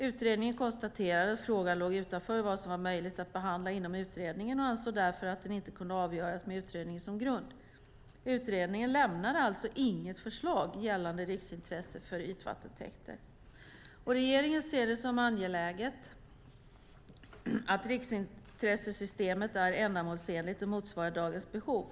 Utredningen konstaterade att frågan låg utanför vad som vad möjligt att behandla inom utredningen och ansåg därför att den inte kunde avgöras med utredningen som grund. Utredningen lämnade alltså inget förslag gällande riksintresse för ytvattentäkter. Regeringen ser det som angeläget att riksintressesystemet är ändamålsenligt och motsvarar dagens behov.